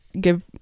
give